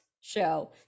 show